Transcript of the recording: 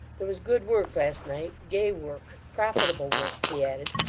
there was good work last night gay work profitable work' he added,